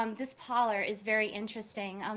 um this parlor is very interesting. um